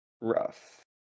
rough